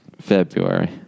February